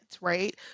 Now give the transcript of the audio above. right